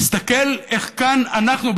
תסתכל איך כאן אנחנו,